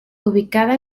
ubicada